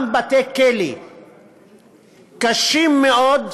גם בתי-כלא קשים מאוד,